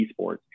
eSports